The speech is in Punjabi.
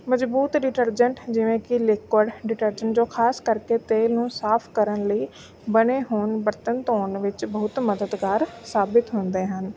ਮਜ਼ਬੂਤ ਡਿਟਰਜੈਂਟ ਜਿਵੇਂ ਕਿ ਲਿਕੂਅਡ ਡਿਟਰਜੈਂਟ ਜੋ ਖਾਸ ਕਰਕੇ ਤੇਲ ਨੂੰ ਸਾਫ ਕਰਨ ਲਈ ਬਣੇ ਹੋਣ ਬਰਤਨ ਧੋਣ ਵਿੱਚ ਬਹੁਤ ਮਦਦਗਾਰ ਸਾਬਿਤ ਹੁੰਦੇ ਹਨ